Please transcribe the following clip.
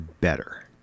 better